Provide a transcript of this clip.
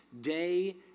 day